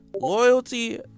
loyalty